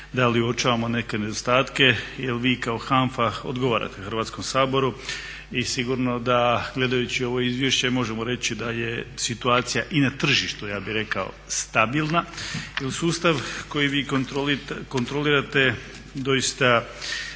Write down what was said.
Hvala i vama.